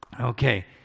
Okay